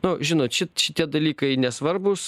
nu žinot ši šitie dalykai nesvarbūs